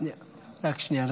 -- רק שנייה.